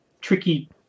tricky